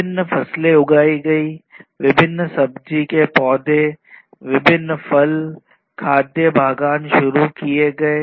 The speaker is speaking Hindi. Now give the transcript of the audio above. विभिन्न फसलें उगाई गईं विभिन्न सब्जी के पौधे विभिन्न फल खाद्य बागान शुरू किए गए